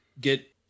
get